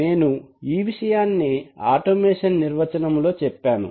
నేను ఈ విషయాన్నే ఆటోమేషన్ నిర్వచనములో చెప్పాను